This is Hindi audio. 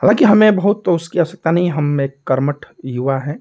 हालाँकि हमें बहुत उसकी आवश्यकता नहीं हम एक कर्मठ युवा हैं